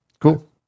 Cool